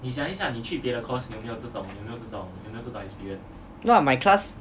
no ah my class